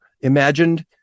imagined